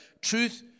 truth